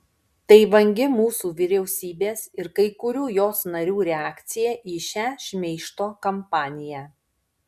tai vangi mūsų vyriausybės ir kai kurių jos narių reakcija į šią šmeižto kampaniją